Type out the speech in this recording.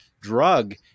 drug